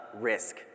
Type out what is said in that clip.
risk